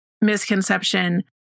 misconception